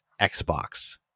Xbox